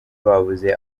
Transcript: babuze